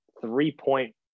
three-point